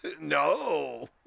No